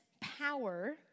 power